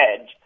edge